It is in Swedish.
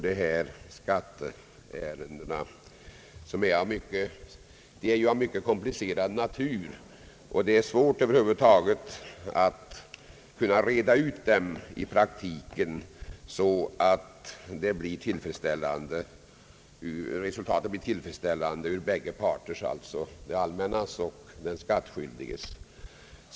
Dessa skatteärenden är ju mycket komplicerade, och det möter i praktiken svårigheter att över huvud taget reda ut dem så att resultatet blir tillfredsställande för bägge parter, det allmänna och den skattskyldige.